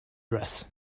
dress